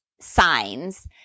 signs